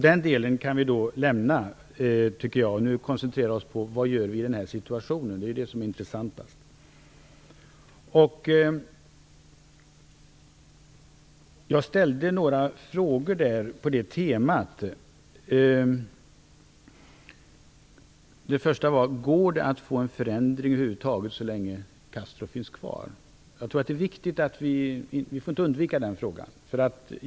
Den delen kan vi lämna, tycker jag, och koncentrera oss på vad vi skall göra i den här situationen. Det är det som är intressantast. Jag ställde några frågor på det temat. Den första var: Går det att få en förändring över huvud taget så länge Castro finns kvar? Vi får inte undvika den frågan.